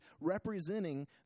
representing